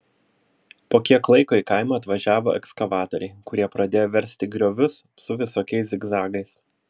po kiek laiko į kaimą atvažiavo ekskavatoriai kurie pradėjo versti griovius su visokiais zigzagais